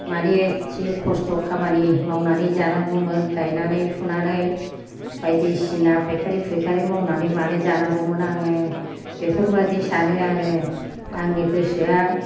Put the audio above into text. माने एसे खस्थ' खामानि मावनानै जानांगौमोन गायनानै फुनानै बायदिसिना फाइखारि फुइखारि मावनानै मानो जानांगौमोन आङो बेफोरबादि सानो आङो आंनि गोसोआ